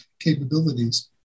capabilities